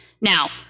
Now